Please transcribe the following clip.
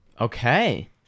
okay